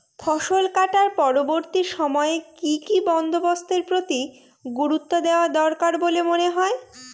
ফসলকাটার পরবর্তী সময়ে কি কি বন্দোবস্তের প্রতি গুরুত্ব দেওয়া দরকার বলে মনে হয়?